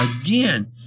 again